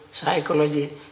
psychology